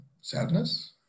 sadness